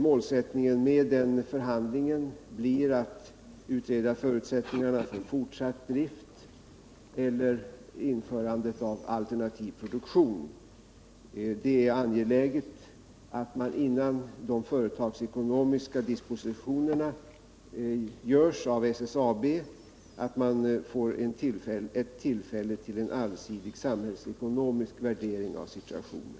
Målsättningen för förhandlingarna blir att utreda förutsättningarna för fortsatt drift eller införandet av alternativ produktion. Det är angeläget att man, innan de företagsekonomiska dispositionerna görs av SSAB, får ett tillfälle till en allsidig samhällsekonomisk värdering av situationen.